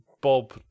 Bob